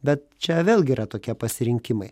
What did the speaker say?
bet čia vėlgi yra tokie pasirinkimai